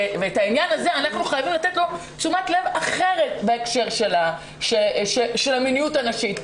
אנחנו חייבים לתת תשומת לב אחרת בהקשר של המיניות הנשית.